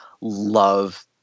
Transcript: love